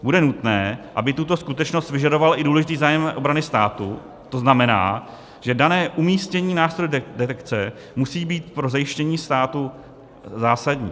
Bude nutné, aby tuto skutečnost vyžadoval i důležitý zájem obrany státu, to znamená, že dané umístění nástrojů detekce musí být pro zajištění státu zásadní.